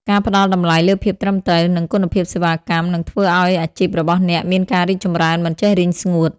ការផ្តល់តម្លៃលើភាពត្រឹមត្រូវ និងគុណភាពសេវាកម្ម នឹងធ្វើឱ្យអាជីពរបស់អ្នកមានការរីកចម្រើនមិនចេះរីងស្ងួត។